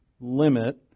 limit